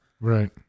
right